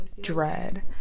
dread